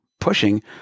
pushing